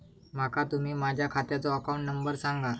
माका तुम्ही माझ्या खात्याचो अकाउंट नंबर सांगा?